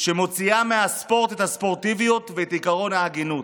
שמוציאה מהספורט את הספורטיביות ואת עקרון ההגינות.